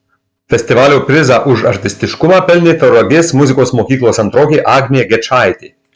festivalio prizą už artistiškumą pelnė tauragės muzikos mokyklos antrokė agnė gečaitė